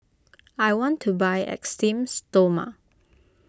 I want to buy Esteem Stoma